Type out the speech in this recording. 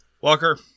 Walker